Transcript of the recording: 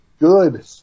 Good